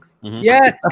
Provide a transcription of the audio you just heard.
Yes